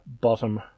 bottom